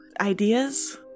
Ideas